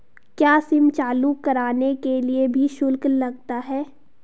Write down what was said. क्या सिम चालू कराने के लिए भी शुल्क लगता है?